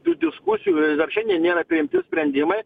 di diskusijų ir šiandien nėra priimti sprendimai